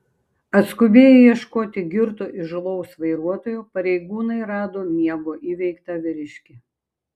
atskubėję ieškoti girto įžūlaus vairuotojo pareigūnai rado miego įveiktą vyriškį